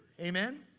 Amen